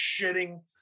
shitting